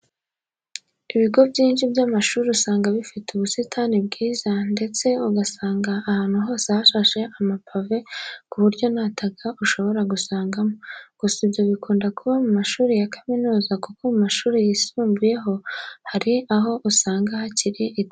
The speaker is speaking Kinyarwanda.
Ibigo byinshi by'amashuri usanga bifite ubusitani bwiza ndetse ugasanga ahantu hose hasashe amapave ku buryo nta taka ushobora gusangamo. Gusa ibyo bikunda kuba mu mashuri ya kaminuza kuko mu mashuri yisumbuye ho hari aho usanga hasi hakiri itaka.